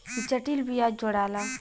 जटिल बियाज जोड़ाला